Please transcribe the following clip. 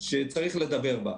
שצריך לדבר עליה.